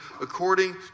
according